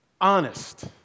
honest